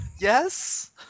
Yes